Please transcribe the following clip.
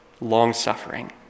long-suffering